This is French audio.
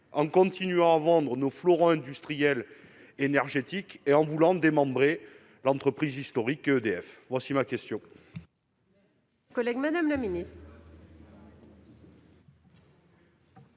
en continuant de vendre nos fleurons industriels énergétiques et en voulant démembrer l'entreprise historique, EDF ? La parole